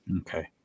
Okay